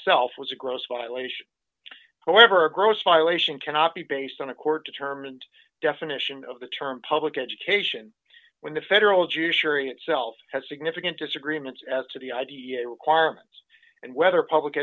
itself was a gross violation however a gross violation cannot be based on a court determined definition of the term public education when the federal judiciary itself has significant disagreements as to the idea requirements and whether public